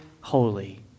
holy